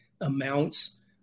amounts